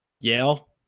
Yale